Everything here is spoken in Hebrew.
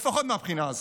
לפחות מהבחינה הזו.